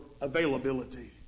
availability